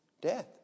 Death